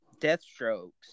Deathstroke's